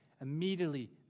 immediately